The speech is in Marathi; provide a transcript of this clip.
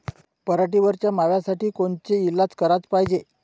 पराटीवरच्या माव्यासाठी कोनचे इलाज कराच पायजे?